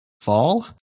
fall